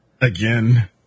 Again